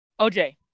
OJ